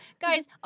Guys